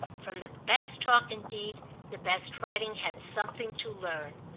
from the best talk indeed the best writing had something to learn.